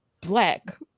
black